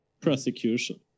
prosecution